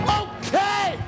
okay